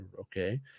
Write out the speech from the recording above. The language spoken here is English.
Okay